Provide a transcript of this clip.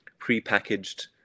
prepackaged